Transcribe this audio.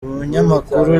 umunyamakuru